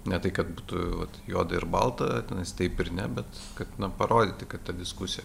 ne tai kad tu vat juoda ir balta tenais taip ir ne bet kad na parodyti kad ta diskusija